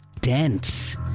dense